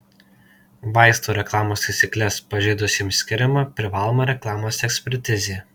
vaistų reklamos taisykles pažeidusiesiems skiriama privaloma reklamos ekspertizė